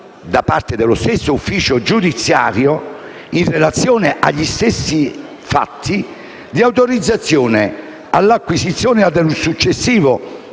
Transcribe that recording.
da parte dello stesso ufficio giudiziario e in relazione agli stessi fatti, di autorizzazione all'acquisizione e al successivo